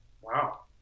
wow